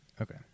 Okay